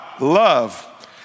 love